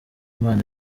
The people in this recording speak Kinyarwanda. imana